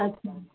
अछा